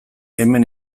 hemen